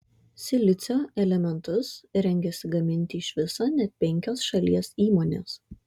silicio elementus rengiasi gaminti iš viso net penkios šalies įmonės